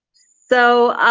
so,